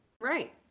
Right